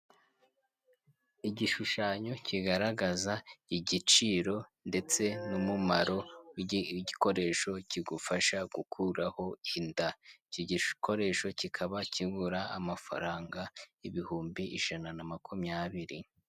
Igishushanyo kigaragaza igiciro ndetse n'umumaro w' igikoresho kigufasha gukuraho inda. Iki gikoresho kikaba kigura amafaranga ibihumbi ijana na makumyabiri.